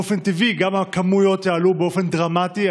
באופן טבעי גם הכמויות יעלו באופן דרמטי.